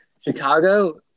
Chicago